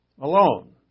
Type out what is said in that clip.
Alone